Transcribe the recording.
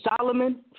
Solomon